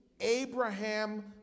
Abraham